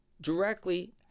directly